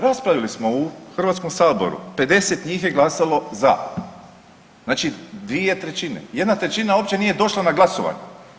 Raspravili smo u Hrvatskom saboru, 50 njih je glasalo za, znači 2/3, 1/3 uopće nije došla na glasovanje.